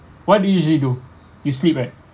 what do you usually do you sleep right